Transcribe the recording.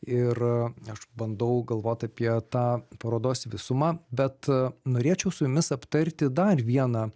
ir aš bandau galvot apie tą parodos visumą bet norėčiau su jumis aptarti dar vieną